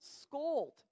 scold